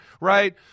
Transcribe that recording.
right